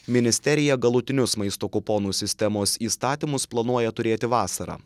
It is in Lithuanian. ministerija galutinius maisto kuponų sistemos įstatymus planuoja turėti vasarą